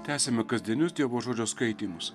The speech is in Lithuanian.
tęsiame kasdienius dievo žodžio skaitymus